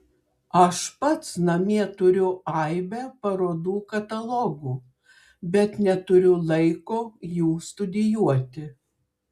aš pats namie turiu aibę parodų katalogų bet neturiu laiko jų studijuoti